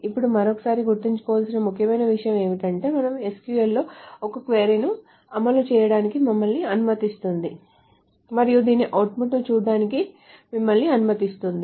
ఇప్పుడు మరోసారి గుర్తుంచుకోవలసిన ముఖ్యమైన విషయం ఏమిటంటే మనముSQL లో ఒక క్వరీ ను అమలు చేయడానికి మిమ్మల్ని అనుమతిస్తుంది మరియు దీని అవుట్పుట్ను చూడటానికి మిమ్మల్ని అనుమతిస్తుంది